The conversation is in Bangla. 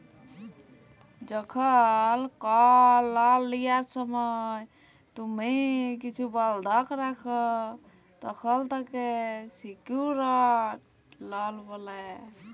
যখল কল লল লিয়ার সময় তুম্হি কিছু বল্ধক রাখ, তখল তাকে সিকিউরড লল ব্যলে